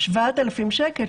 היו לה 7,000 שקל,